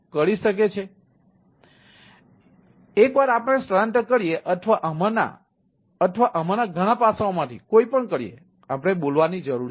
તેથી એકવાર આપણે સ્થળાંતર કરીએ અથવા આમાંના અથવા આમાંના ઘણા પાસાઓમાંથી કોઈ પણ કરીએ આપણે બોલાવવાની જરૂર છે